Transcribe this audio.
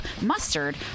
mustard